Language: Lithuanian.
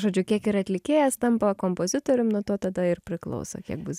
žodžiu kiek ir atlikėjas tampa kompozitorium nuo to tada ir priklauso kiek bus